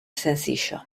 sencillo